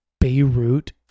Beirut